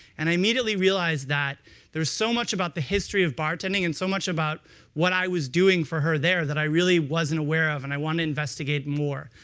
and i immediately realized that there's so much about the history of bartending, and so much about what i was doing for her there that i really wasn't aware of, and i wanted to investigate more.